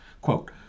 Quote